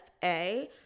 FA